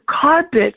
carpet